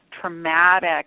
traumatic